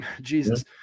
Jesus